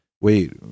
wait